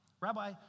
Rabbi